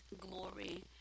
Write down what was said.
glory